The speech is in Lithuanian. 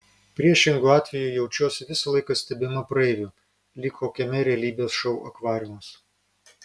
priešingu atveju jaučiuosi visą laiką stebima praeivių lyg kokiame realybės šou akvariumas